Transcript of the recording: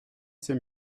c’est